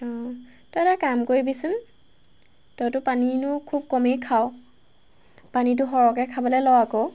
অঁ তই এটা কাম কৰিবিচোন তইতো পানীনো খুব কমেই খাৱ পানীটো সৰহকৈ খাবলৈ ল আকৌ